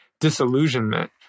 disillusionment